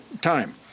time